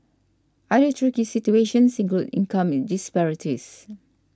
other tricky situations include income in disparities